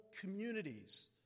communities